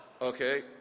Okay